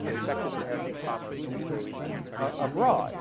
prospective american commerce and trade abroad.